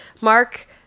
Mark